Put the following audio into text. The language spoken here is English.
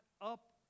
up